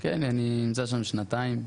נמצא שם שנתיים.